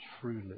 truly